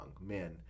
Men